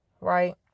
right